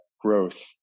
growth